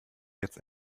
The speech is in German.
jetzt